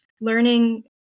learning